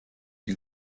این